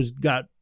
got